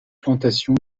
plantation